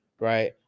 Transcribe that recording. right